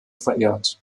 verehrt